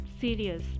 serious